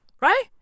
Right